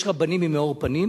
יש רבנים עם מאור פנים,